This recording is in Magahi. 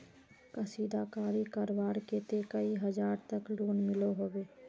कशीदाकारी करवार केते कई हजार तक लोन मिलोहो होबे?